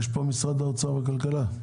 יש פה משרד האוצר וכלכלה?